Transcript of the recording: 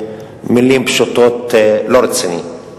במלים פשוטות: לא רציני.